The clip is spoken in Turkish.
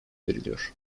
veriliyor